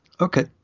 Okay